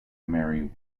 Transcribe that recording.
mary